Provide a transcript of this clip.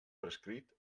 prescrit